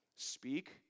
speak